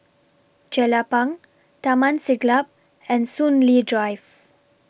Jelapang Taman Siglap and Soon Lee Drive